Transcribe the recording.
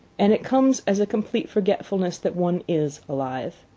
and it comes as a complete forgetfulness that one is alive.